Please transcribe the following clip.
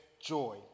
joy